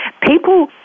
People